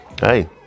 Hey